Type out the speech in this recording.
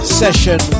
session